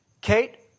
Kate